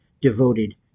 devoted